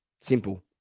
Simple